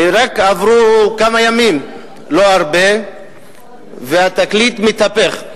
ורק עברו כמה ימים, לא הרבה, והתקליט מתהפך: